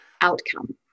outcome